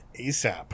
ASAP